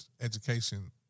education